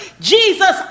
Jesus